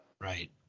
Right